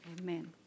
Amen